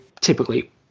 typically